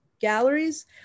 galleries